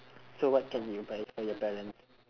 so what can you buy for your parents